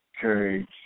courage